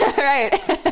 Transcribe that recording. Right